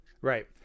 Right